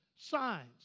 signs